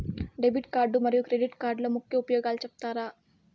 Debit card మరియు credit కార్డుల ముఖ్య ఉపయోగాలు సెప్తారా?